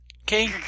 Okay